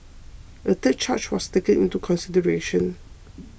a third charge was taken into consideration